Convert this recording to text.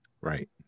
Right